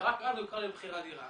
ורק אז הוא יקרא לי לבחירת דירה.